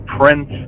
prince